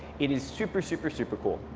it is super, super, super cool.